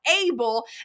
able